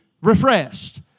refreshed